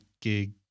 gig